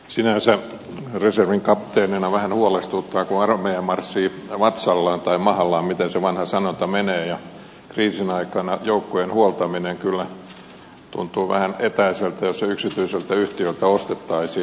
sinänsä reservin kapteenina vähän huolestuttaa kun armeija marssii vatsallaan tai mahallaan miten se vanha sanonta menee ja kriisin aikana joukkojen huoltaminen kyllä tuntuu vähän etäiseltä jos se yksityiseltä yhtiöltä ostettaisiin